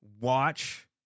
watch